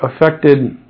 affected